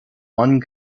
one